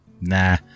Nah